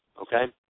Okay